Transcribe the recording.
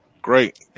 Great